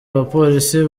abapolisi